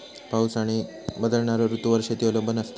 पाऊस आणि बदलणारो ऋतूंवर शेती अवलंबून असता